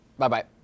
Bye-bye